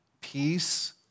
peace